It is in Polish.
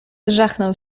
żachnął